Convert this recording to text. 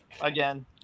Again